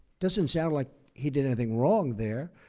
doesn't sound like he did anything wrong there.